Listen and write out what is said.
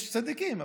יש צדיקים,